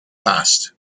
past